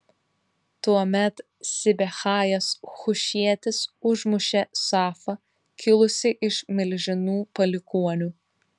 tuomet sibechajas hušietis užmušė safą kilusį iš milžinų palikuonių